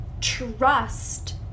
trust